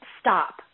stop